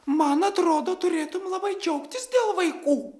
man atrodo turėtum labai džiaugtis dėl vaikų